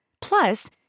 Plus